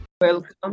Welcome